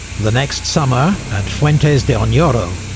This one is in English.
the next summer, at fuentes de onoro,